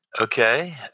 Okay